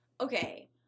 okay